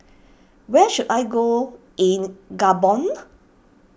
where should I go in Gabon